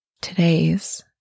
Today's